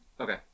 Okay